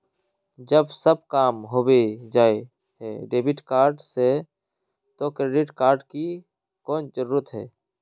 जब सब काम होबे जाय है डेबिट कार्ड से तो क्रेडिट कार्ड की कोन जरूरत है?